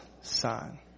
son